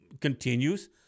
continues